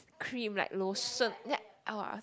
cream like lotion ya oh